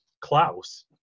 Klaus